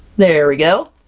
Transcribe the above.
there we go!